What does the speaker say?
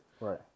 right